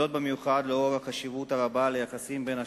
וזאת במיוחד לאור החשיבות הרבה של היחסים בין השתיים,